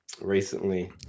Recently